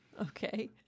Okay